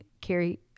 Carrie